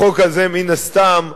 החוק הזה, מן הסתם,